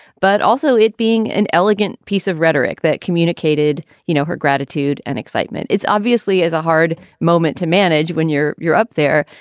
but also it being an elegant piece of rhetoric that communicated, you know, her gratitude and excitement. it's obviously is a hard moment to manage when you're you're up there,